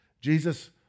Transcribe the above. Jesus